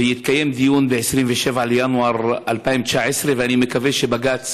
ויתקיים דיון ב-27 בינואר 2019, ואני מקווה שבג"ץ